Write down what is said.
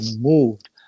moved